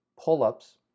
pull-ups